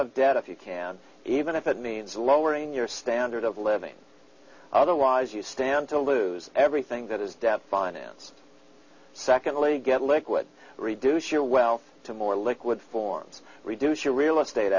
of debt if you can even if it means lowering your standard of living otherwise you stand to lose everything that is death finance secondly get liquid reduce your wealth to more liquid forms reduce your real estate